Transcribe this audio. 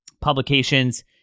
publications